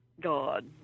God